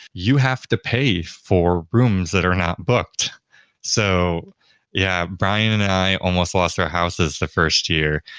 you have to pay for rooms that are not booked so yeah, brian and i almost lost our houses the first year,